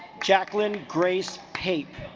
jacqueline grace pape